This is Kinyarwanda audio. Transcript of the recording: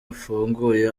afunguye